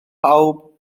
pawb